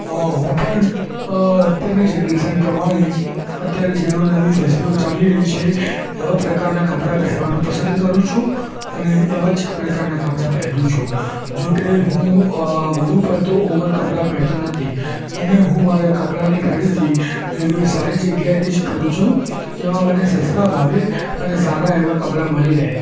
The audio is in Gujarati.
હું પણ અત્યારની જનરેશન પ્રમાણે અત્યારે જે અવનવી ફૅશનો ચાલી રહી છે એવા પ્રકારનાં કપડાં પહેરવાનું પસંદ કરું છું અને એવાં જ પ્રકારનાં કપડાં પહેરું છું જો કે હું વધુ પડતો ઓવર કપડા પહેરતો નથી અને હું મારા કપડાની ખરીદી એવી સારી જગ્યાએથી જ કરું છું તેમાં મને સસ્તા ભાવે અને સારા એવા કપડા મળી રહે